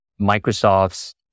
Microsoft's